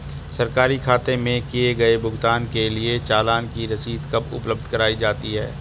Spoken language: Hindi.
सरकारी खाते में किए गए भुगतान के लिए चालान की रसीद कब उपलब्ध कराईं जाती हैं?